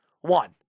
One